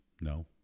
No